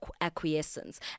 acquiescence